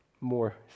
more